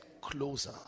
closer